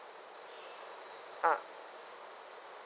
ah